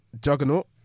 juggernaut